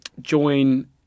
join